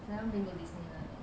never been to disneyland ah